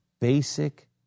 basic